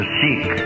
seek